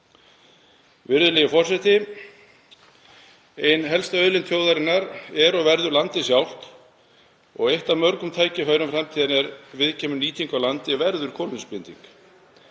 Virðulegi forseti. Ein helsta auðlind þjóðarinnar er og verður landið sjálft og eitt af mörgum tækifærum framtíðar er viðkemur nýtingu á landi verður kolefnisbinding.